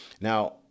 Now